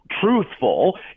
truthful